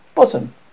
bottom